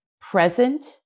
present